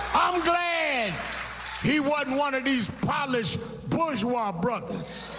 i'm glad he wasn't one of these polished bourgeois brothers.